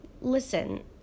listen